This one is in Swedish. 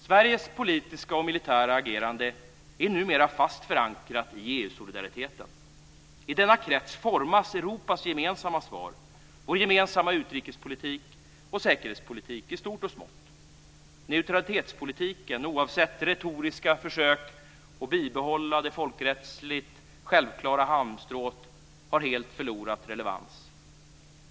Sveriges politiska och militära agerande är numera fast förankrat i EU-solidariteten. I denna krets formas Europas gemensamma svar, vår gemensamma utrikes och säkerhetspolitik i stort och smått. Neutralitetspolitiken har - oavsett retoriska försök att bibehålla det folkrättsligt självklara halmstrået - helt förlorat relevans.